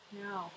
no